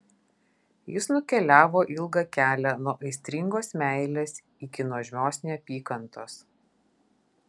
jis nukeliavo ilgą kelią nuo aistringos meilės iki nuožmios neapykantos